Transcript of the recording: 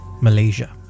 Malaysia